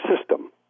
system